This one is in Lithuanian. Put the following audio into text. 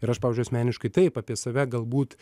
ir aš pavyzdžiui asmeniškai taip apie save galbūt